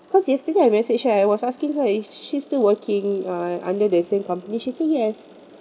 cause yesterday I messaged her I was asking her if she's still working uh under the same company she say yes